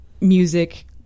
music